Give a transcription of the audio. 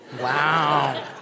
Wow